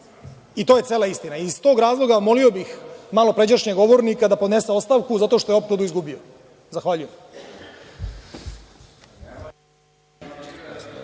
To je cela istina. Iz tog razloga, molio bih malopređašnjeg govornika da podnese ostavku zato što je opkladu izgubio. Zahvaljujem.